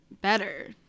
better